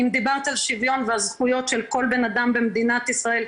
אם דיברת על שיוון זכויות לכל בנאדם במדינת ישראל,